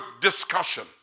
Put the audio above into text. discussion